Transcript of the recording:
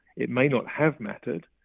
it may not have mattered,